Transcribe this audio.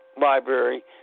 library